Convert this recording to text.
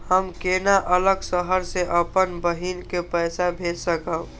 हम केना अलग शहर से अपन बहिन के पैसा भेज सकब?